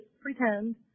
pretend